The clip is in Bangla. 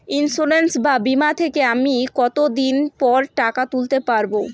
ইন্সুরেন্স বা বিমা থেকে আমি কত দিন পরে টাকা তুলতে পারব?